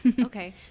Okay